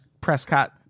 Prescott